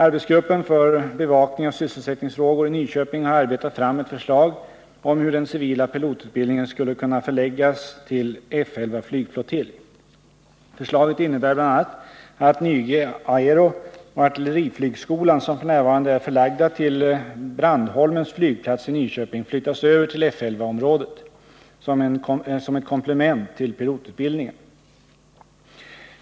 Arbetsgruppen för bevakning av sysselsättningsfrågor i Nyköping har arbetat fram ett förslag om hur den civila pilotutbildningen skulle kunna förläggas till F 11 flygflottilj. Förslaget innebär bl.a. att Nyge Aero och artilleriflygskolan, som f. n. är förlagda till Brandholmens flygplats i Nyköping, flyttas över till F 11-området som ett komplement till pilotutbildningen.